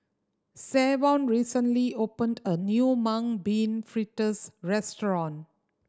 Savon recently opened a new Mung Bean Fritters restaurant